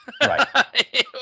Right